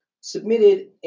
submitted